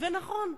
נכון,